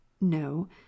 no